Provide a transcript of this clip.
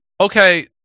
okay